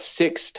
six